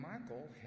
Michael